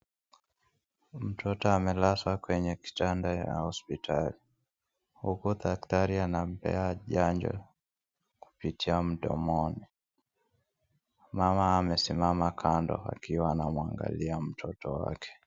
Mtoto amelazwa kwenye kitanda ya hospitali. Huku daktari anampea chanjo kupitia mdomoni. Mama amesimama kando akiwa anamwangalia mtoto waki.